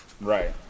Right